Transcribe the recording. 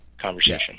conversation